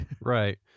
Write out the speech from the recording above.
Right